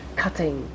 cutting